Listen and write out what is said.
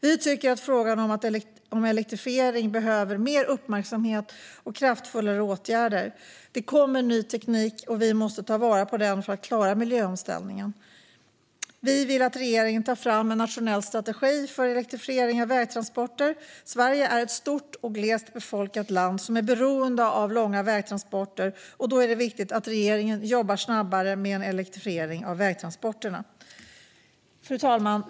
Vi tycker att frågan om elektrifiering behöver mer uppmärksamhet och kraftfullare åtgärder. Det kommer ny teknik, och vi måste ta vara på den för att klara miljöomställningen. Vi vill att regeringen tar fram en nationell strategi för elektrifiering av vägtransporter. Sverige är ett stort och glest befolkat land som är beroende av långa vägtransporter. Då är det viktigt att regeringen jobbar snabbare med en elektrifiering av vägtransporterna. Fru talman!